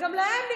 וגם להם נמאס.